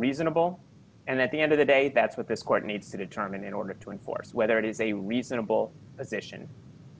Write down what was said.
reasonable and at the end of the day that's what this court needs to determine in order to enforce whether it is a reasonable position